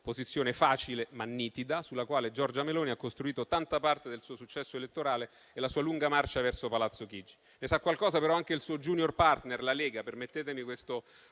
opposizione facile, ma nitida, sulla quale Giorgia Meloni ha costruito tanta parte del suo successo elettorale e la sua lunga marcia verso Palazzo Chigi. Ne sa qualcosa però anche il suo *junior partner*, la Lega, - permettetemi questo